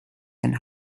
and